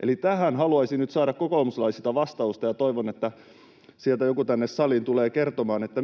Eli tähän haluaisin nyt saada kokoomuslaisilta vastausta, toivon, että sieltä joku tänne saliin tulee kertomaan, että